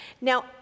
Now